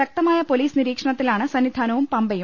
ശക്തമായ പൊലീസ് നിരീ ക്ഷണത്തിലാണ് സന്നിധാനവും പമ്പയും